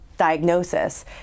diagnosis